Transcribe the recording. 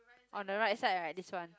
on the right side right this one